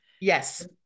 Yes